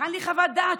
מהיכן לי חוות הדעת?